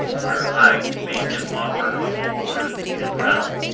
where hygd made him offer of hoard and realm,